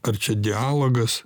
ar čia dialogas